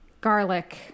garlic